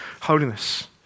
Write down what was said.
holiness